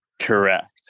Correct